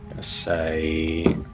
say